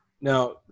now